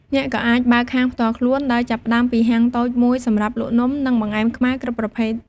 អ្នកក៏អាចបើកហាងផ្ទាល់ខ្លួន ដោយចាប់ផ្ដើមពីហាងតូចមួយសម្រាប់លក់នំ និងបង្អែមខ្មែរគ្រប់ប្រភេទ។